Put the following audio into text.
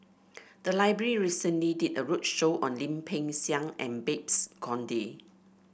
the library recently did a roadshow on Lim Peng Siang and Babes Conde